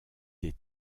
des